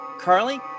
Carly